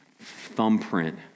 thumbprint